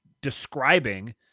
describing